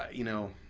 you know,